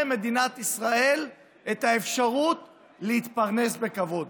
מדינת ישראל את האפשרות להתפרנס בכבוד.